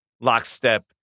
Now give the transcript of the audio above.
lockstep